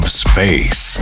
space